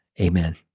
Amen